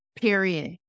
period